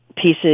pieces